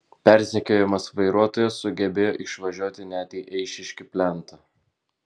persekiojamas vairuotojas sugebėjo išvažiuoti net į eišiškių plentą